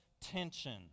tension